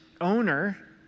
owner